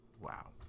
Wow